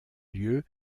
lieu